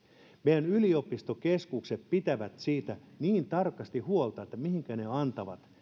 meidän yliopistokeskukset pitävät niin tarkasti huolta siitä mihinkä ne antavat